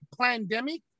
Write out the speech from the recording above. pandemic